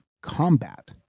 combat